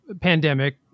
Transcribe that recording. pandemic